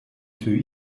two